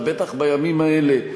ובטח בימים האלה,